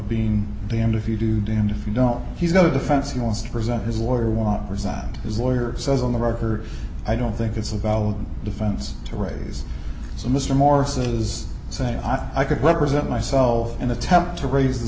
being damned if you do damned if you know he's got a defense he wants to present his lawyer won't resign and his lawyer says on the record i don't think it's a valid defense to raise so mr morris is saying i could represent myself and attempt to raise th